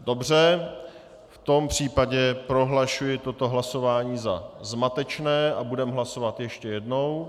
Dobře, v tom případě prohlašuji toto hlasování za zmatečné a budeme hlasovat ještě jednou.